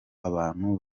abantu